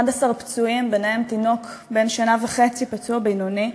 11 פצועים, ביניהם תינוק בן שנה וחצי פצוע בינוני.